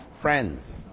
friends